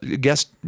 guest